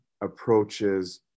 approaches